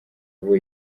ubu